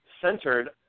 centered